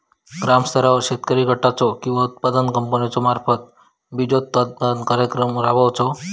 ग्रामस्तरावर शेतकरी गटाचो किंवा उत्पादक कंपन्याचो मार्फत बिजोत्पादन कार्यक्रम राबायचो?